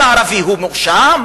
כל ערבי הוא מואשם,